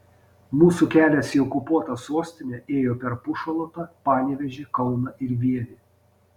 mūsų kelias į okupuotą sostinę ėjo per pušalotą panevėžį kauną ir vievį